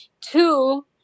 Two